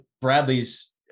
Bradley's